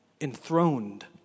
Enthroned